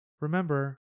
Remember